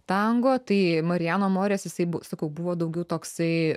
tango tai marijano morės jisai bu sakau buvo daugiau toksai